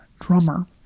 Drummer